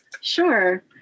sure